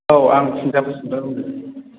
औ आं बसुमतारि बुंदों